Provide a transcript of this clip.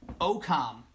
OCOM